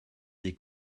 des